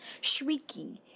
shrieking